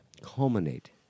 culminate